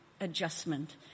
adjustment